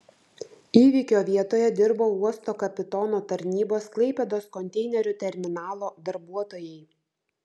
įvykio vietoje dirbo uosto kapitono tarnybos klaipėdos konteinerių terminalo darbuotojai